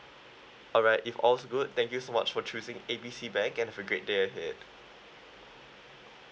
alright if all's good thank you so much for choosing A B C bank and have a great day ahead